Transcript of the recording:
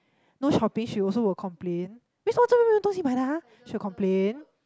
no shopping she also will complain 为什么这个地方没有东西买的 ah she will complain